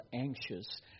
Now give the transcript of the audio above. anxious